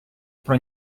про